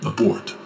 Abort